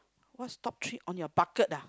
what's top three on your bucket ah